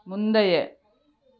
முந்தைய